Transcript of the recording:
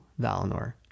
Valinor